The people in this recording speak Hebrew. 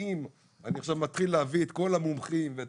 האם אני עכשיו מתחיל להביא את כל המומחים ואת